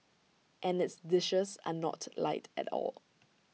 and its dishes are not light at all